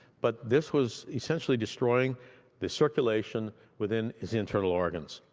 but this was essentially destroying the circulation within his internal organs.